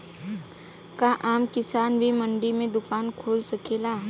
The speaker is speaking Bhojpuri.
का आम किसान भी मंडी में दुकान खोल सकेला?